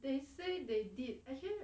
they say they did actually